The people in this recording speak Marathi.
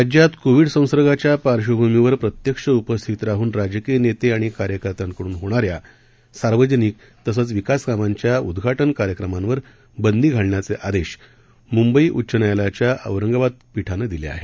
राज्यात कोविड संसर्गाच्या पार्श्वभूमीवर प्रत्यक्ष उपस्थित राहून राजकीय नेते आणि कार्यकर्त्यांकडून होणाऱ्या सार्वजनिक तथा विकास कामांच्या उद्घाटन कार्यक्रमांवर बंदी घालण्याचे आदेश मुंबई उच्च न्यायालयाच्या औरंगाबाद खंडपीठानं दिले आहेत